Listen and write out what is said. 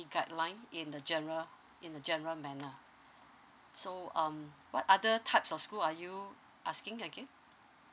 guide line in the general in the general manner so um what other types of school are you asking again